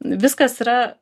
viskas yra